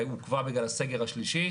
והיינו כבר בגל הסגר השלישי.